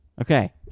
Okay